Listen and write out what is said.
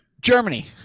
Germany